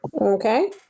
Okay